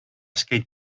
skate